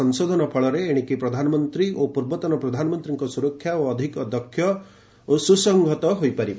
ସଂଶୋଧନ ଫଳରେ ଏଶିକି ପ୍ରଧାନମନ୍ତ୍ରୀ ଓ ପୂର୍ବତନ ପ୍ରଧାନମନ୍ତ୍ରୀଙ୍କ ସୁରକ୍ଷା ଓ ଅଧିକ ଦକ୍ଷ ଓ ସୁସଂହତ ହୋଇପାରିବ